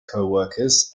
coworkers